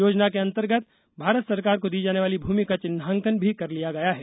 योजना के अंतर्गत भारत सरकार को दी जाने वाली भूमि का चिन्हांकन भी कर लिया गया है